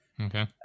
Okay